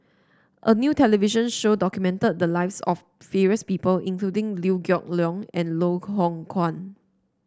a new television show documented the lives of various people including Liew Geok Leong and Loh Hoong Kwan